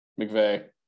McVeigh